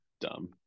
dumb